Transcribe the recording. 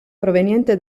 proveniente